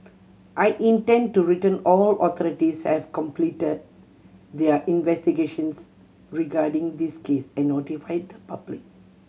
I intend to return all authorities have completed their investigations regarding this case and notified the public